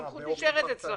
הסמכות נשארת אצלכם.